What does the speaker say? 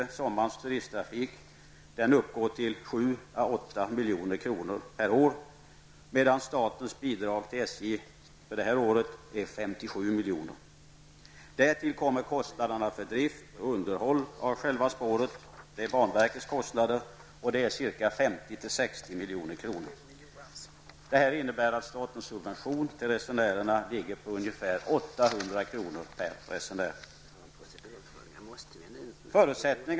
sommarens turisttrafik, uppgår till 7--8 milj.kr. per år medan statens bidrag till SJ för det här året är 57 milj.kr. Därtill kommer kostnaderna för drift och underhåll av själva spåret -- banverkets kostnader -- på 50--60 milj.kr. Det innebär att statens subvention ligger på närmare 800 kr.